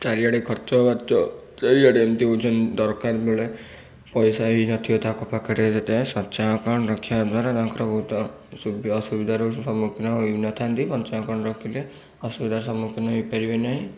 ଚାରିଆଡ଼େ ଖର୍ଚ୍ଚ ବାର୍ଚ୍ଚ ଚାରିଆଡ଼େ ଏମିତି ହେଉଛନ ଦରକାର ବେଳେ ପଇସା ହିଁ ନଥିବ ତାଙ୍କ ପାଖରେ ସେଥିପାଇଁ ସଞ୍ଚୟ ଆକାଉଣ୍ଟ ରଖିବା ଦ୍ୱାରା ତାଙ୍କର ବହୁତ ଅସୁବିଧାର ସମ୍ମୁଖୀନ ହୋଇନଥାନ୍ତି ସଞ୍ଚୟ ଆକାଉଣ୍ଟ ରଖିଲେ ଅସୁବିଧାର ସମ୍ମୁଖୀନ ହୋଇପାରିବେ ନାହିଁ